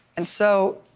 and so,